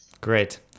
Great